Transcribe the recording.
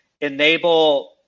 enable